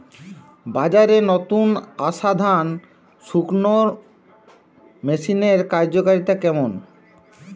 বাজারে নতুন আসা ধান শুকনোর মেশিনের কার্যকারিতা কেমন?